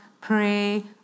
pray